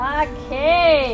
okay